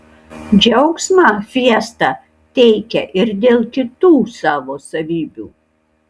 džiaugsmą fiesta teikia ir dėl kitų savo savybių